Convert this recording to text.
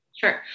Sure